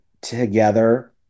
together